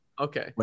Okay